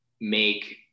make